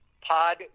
Pod